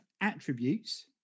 attributes